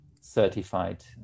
certified